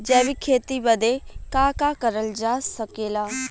जैविक खेती बदे का का करल जा सकेला?